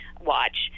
watch